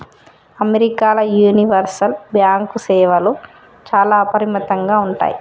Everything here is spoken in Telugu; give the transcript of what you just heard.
అమెరికాల యూనివర్సల్ బ్యాంకు సేవలు చాలా అపరిమితంగా ఉంటయ్